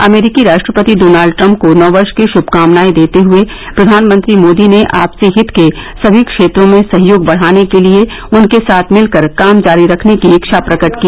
अमरीकी राष्ट्रपति Donald Trump को नववर्ष की शुभकामनाएं देते हुए प्रधानमंत्री मोदी ने आपसी हित के सभी क्षेत्रों में सहयोग बढ़ाने के लिए उनके साथ मिलकर काम जारी रखने की इच्छा प्रकट की